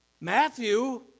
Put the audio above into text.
Matthew